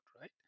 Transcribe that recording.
right